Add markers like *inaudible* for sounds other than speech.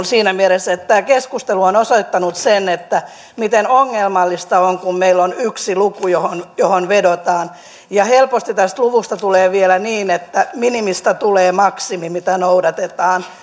*unintelligible* siinä mielessä että tämä keskustelu on osoittanut sen miten ongelmallista on kun meillä on yksi luku johon johon vedotaan helposti tämän luvun osalta käy vielä niin että minimistä tulee maksimi mitä noudatetaan